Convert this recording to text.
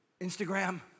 Instagram